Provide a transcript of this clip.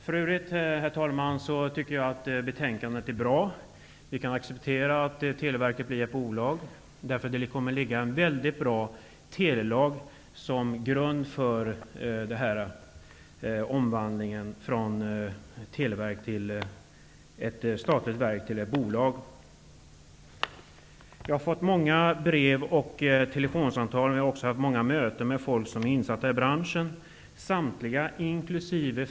För övrigt är det ett bra betänkande. Vi kan acceptera att Televerket blir ett bolag. Det kommer att ligga en väldigt bra telelag som grund för denna omvandling från ett statligt verk till ett bolag. Jag har fått många brev och telefonsamtal, och jag har också haft många möten med folk som är insatta i branschen. Samtliga, inkl.